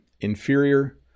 Inferior